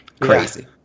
crazy